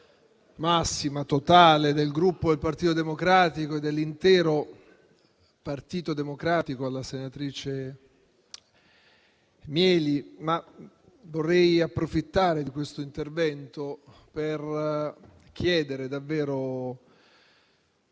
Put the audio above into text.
massima e totale del Gruppo Partito Democratico e dell'intero Partito Democratico alla senatrice Mieli. Vorrei però approfittare di questo intervento per chiedere davvero